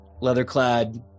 leather-clad